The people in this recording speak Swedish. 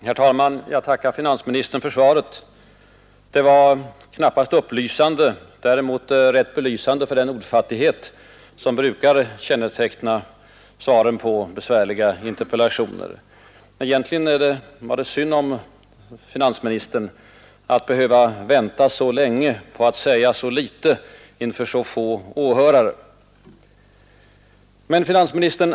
Herr talman! Jag tackar finansministern för svaret. Det var knappast upplysande, däremot rätt belysande för den ordfattigdom som brukar känneteckna svaren på besvärliga interpellationer. Egentligen var det synd om finansministern att han behövde vänta så länge för att säga så litet inför så få åhörare.